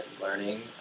learning